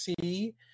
see